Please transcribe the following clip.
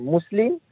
Muslim